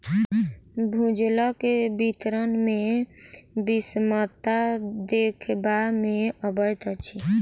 भूजलक वितरण मे विषमता देखबा मे अबैत अछि